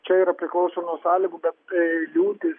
čia yra priklauso nuo sąlygų bet tai liūtis